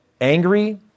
angry